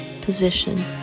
position